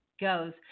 goes